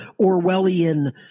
Orwellian